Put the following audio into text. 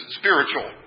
spiritual